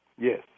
Yes